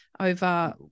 over